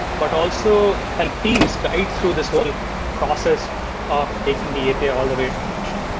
but also help teams guide through this whole process of taking the api all the way to production.